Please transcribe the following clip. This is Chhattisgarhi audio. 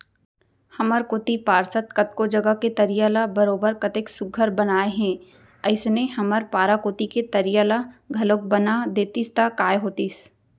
हमर कोती पार्षद कतको जघा के तरिया ल बरोबर कतेक सुग्घर बनाए हे अइसने हमर पारा कोती के तरिया ल घलौक बना देतिस त काय होतिस